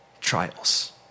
trials